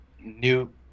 new